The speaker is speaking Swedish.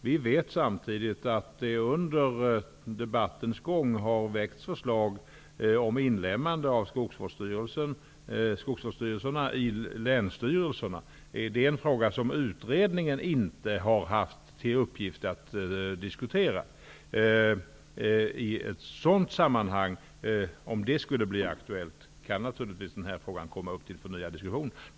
Vi vet samtidigt att det under debattens gång har väckts förslag om inlemmande av skogsvårdsstyrelserna i länsstyrelserna. Det är en fråga som utredningen inte har haft till uppgift att diskutera. Om det skulle bli aktuellt kan denna fråga naturligtvis komma upp till förnyad diskussion.